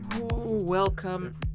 Welcome